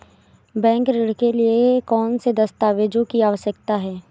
Bank ऋण के लिए कौन से दस्तावेजों की आवश्यकता है?